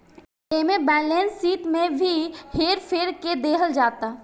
एमे balance sheet में भी हेर फेर क देहल जाता